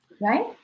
right